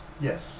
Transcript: Yes